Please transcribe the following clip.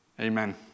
Amen